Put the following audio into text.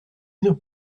nos